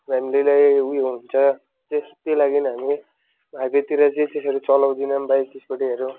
फेमिलीलाई उयो हुन्छ त्यही लागि हामी हाइवेतिर चाहिँ त्यसरी चलाउँदिन पनि बाइक स्कुटीहरू